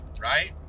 right